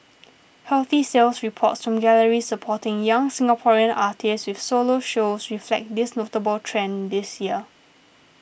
healthy sales reports from galleries supporting young Singaporean artists with solo shows reflect this notable trend this year